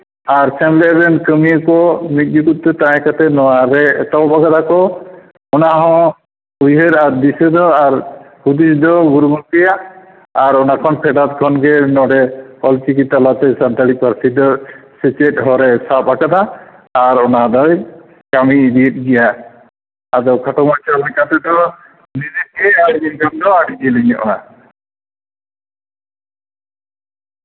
ᱟᱨ ᱥᱮᱢᱞᱮᱫ ᱨᱮᱱ ᱠᱟᱹᱢᱭᱟᱹ ᱠᱚ ᱢᱤᱫ ᱡᱩᱜᱩᱫᱛᱮ ᱛᱟᱦᱮᱸ ᱠᱟᱛᱮᱫ ᱱᱚᱣᱟ ᱨᱮ ᱮᱛᱚᱦᱚᱵ ᱟᱠᱟᱫᱟᱠᱚ ᱚᱱᱟ ᱦᱚᱸ ᱩᱭᱦᱟᱹᱨ ᱟᱨ ᱫᱤᱥᱟᱹ ᱫᱚ ᱟᱨ ᱦᱩᱫᱤᱥ ᱫᱚ ᱜᱩᱨᱩ ᱜᱚᱝᱠᱮᱭᱟᱜ ᱟᱨ ᱚᱱᱟ ᱠᱷᱚᱱ ᱯᱷᱮᱰᱟᱛ ᱠᱷᱚᱱ ᱜᱮ ᱱᱚᱸᱰᱮ ᱚᱞ ᱪᱤᱠᱤ ᱛᱟᱞᱟᱛᱮ ᱥᱟᱱᱛᱟᱲᱤ ᱯᱟᱹᱨᱥᱤ ᱥᱮᱪᱮᱫ ᱦᱚᱨᱮ ᱥᱟᱵ ᱟᱠᱟᱫᱟ ᱟᱨ ᱚᱱᱟ ᱫᱚᱭ ᱠᱟᱹᱢᱤ ᱤᱫᱤᱭᱮᱫ ᱜᱮᱭᱟ ᱟᱫᱚ ᱠᱷᱟᱴᱚ ᱢᱟᱪᱷᱟ ᱞᱮᱠᱟ ᱛᱮᱫᱚ ᱱᱤᱱᱟᱹᱜ ᱜᱮ ᱟᱨ ᱡᱤᱞᱤᱧ ᱫᱚ ᱟᱹᱰᱤ ᱡᱤᱞᱤᱧᱚᱜᱼᱟ